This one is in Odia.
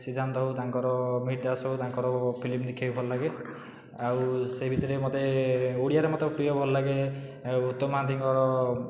ସିଦ୍ଧାନ୍ତ ହଉ ତାଙ୍କର ମିହିର ଦାସ ହଉ ତାଙ୍କର ଫିଲ୍ମ ଦେଖିବାକୁ ଭଲ ଲାଗେ ଆଉ ସେ ଭିତରେ ମୋତେ ଓଡ଼ିଆରେ ମୋତେ ପ୍ରିୟା ଭଲଲାଗେ ଆଉ ଉତ୍ତମ ମହାନ୍ତିଙ୍କ